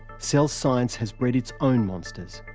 cell science has bred its own monsters,